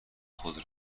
خود